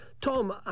Tom